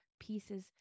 pieces